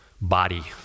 body